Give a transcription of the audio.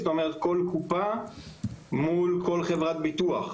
זאת אומרת, כל קופה מול כל חברת ביטוח.